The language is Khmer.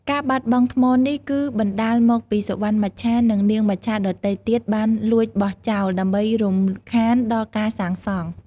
ការបាត់បង់ថ្មនេះគឺបណ្ដាលមកពីសុវណ្ណមច្ឆា និងនាងមច្ឆាដទៃទៀតបានលួចបោះចោល ដើម្បីរំខានដល់ការសាងសង់។